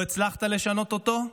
לא הצלחת לשנות אותו,